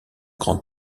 grande